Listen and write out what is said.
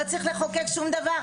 לא צריך לחוקק שום דבר.